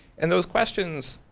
and those questions